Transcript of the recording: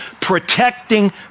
protecting